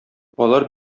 алар